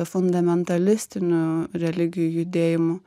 fundamentalistinių religijų judėjimų